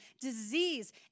disease